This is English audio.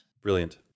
Brilliant